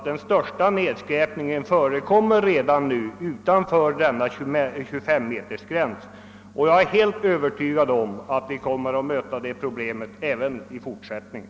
Den största nedskräpningen förekommer sålunda redan nu utanför 25-metersgränsen, och jag är helt övertygad om att vi skall möta detta problem även i fortsättningen.